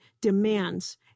demands